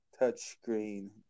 touchscreen